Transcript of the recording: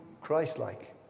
Christ-like